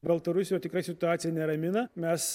baltarusijoj tikrai situacija neramina mes